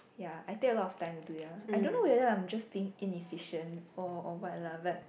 ya I take a lot of time to do ya I don't know whether I'm just being inefficient or or what lah but